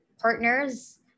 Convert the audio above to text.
partners